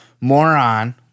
moron